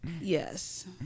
Yes